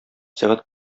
сәгать